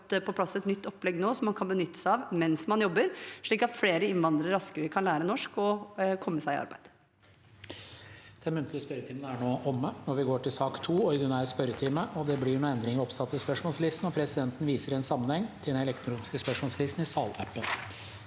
vi har fått på plass et nytt opplegg som man kan benytte seg av mens man jobber, slik at flere innvandrere raskere kan lære norsk og komme seg i arbeid.